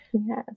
Yes